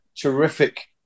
terrific